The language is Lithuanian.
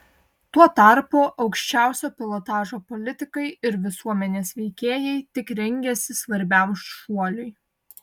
tuo tarpu aukščiausio pilotažo politikai ir visuomenės veikėjai tik rengiasi svarbiam šuoliui